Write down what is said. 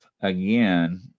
again